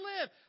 live